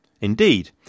Indeed